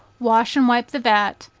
wash and wipe the vat,